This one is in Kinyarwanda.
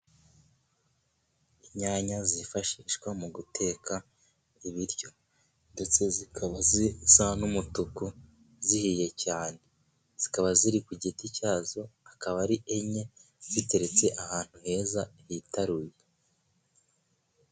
Inyanya zifashishwa mu guteka ibiryo ndetse zikaba zisa n'umutuku zihiye cyane, zikaba ziri ku giti cyazo akaba ari enye ziteretse ahantu heza hitaruye.